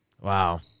Wow